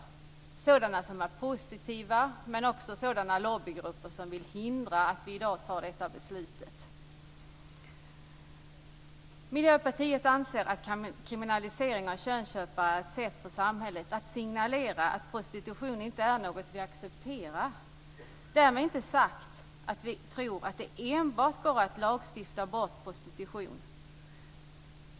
Det gäller både sådana som är positiva och lobbygrupper som vill hindra att vi i dag fattar detta beslut. Vi i Miljöpartiet anser att kriminalisering av könsköpare är ett sätt för samhället att signalera att prostitution inte är något som vi accepterar; därmed inte sagt att vi tror att det enbart går att lagstifta bort prostitution.